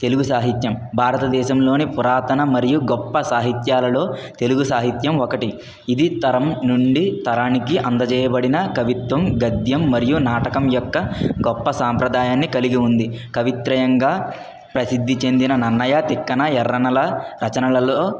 తెలుగు సాహిత్యం భారతదేశంలోని పురాతన మరియు గొప్ప సాహిత్యాలలో తెలుగు సాహిత్యం ఒకటి ఇది తరం నుండి తరానికి అందజేయబడిన కవిత్వం గద్యం మరియు నాటకం యొక్క గొప్ప సాంప్రదాయాన్ని కలిగి ఉంది కవిత్రయంగా ప్రసిద్ది చెందిన నన్నయ తిక్కన ఎర్రనల రచనలలో